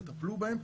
תטפלו בהם,